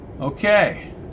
Okay